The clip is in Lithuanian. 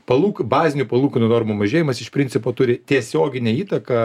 palūk bazinių palūkanų normų mažėjimas iš principo turi tiesioginę įtaką